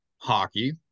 hockey